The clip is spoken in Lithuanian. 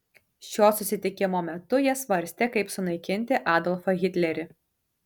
šio susitikimo metu jie svarstė kaip sunaikinti adolfą hitlerį